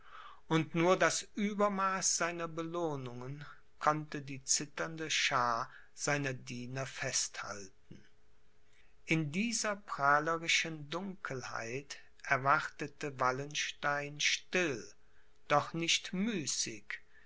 und nur das uebermaß seiner belohnungen konnte die zitternde schaar seiner diener festhalten in dieser prahlerischen dunkelheit erwartete wallenstein still doch nicht müßig